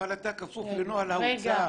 אבל אתה כפוף לנוהל האוצר.